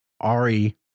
Ari